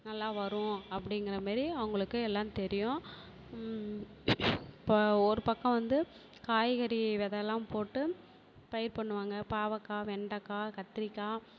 நல்லா வரும் அப்படிங்குறமேரி அவங்களுக்கு எல்லாம் தெரியும் இப்போ ஒரு பக்கம் வந்து காய்கறி வெதைலாம் போட்டு பயிர் பண்ணுவாங்க பாவக்காய் வெண்டக்காய் கத்திரிக்காய்